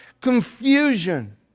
confusion